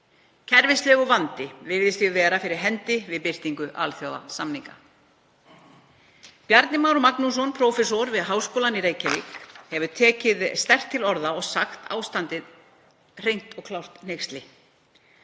Kerfislegur vandi virðist því vera fyrir hendi við birtingu alþjóðasamninga. Bjarni Már Magnússon, prófessor við Háskólann í Reykjavík, hefur tekið sterkt til orða og sagt ástandið vera hneyksli.